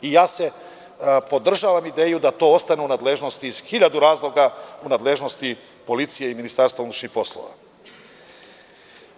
Podržavam ideju da to ostane u nadležnosti, iz hiljadu razloga, u nadležnosti policije i MUP-a.